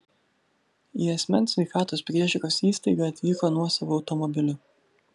į asmens sveikatos priežiūros įstaigą atvyko nuosavu automobiliu